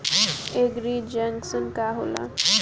एगरी junction का होला?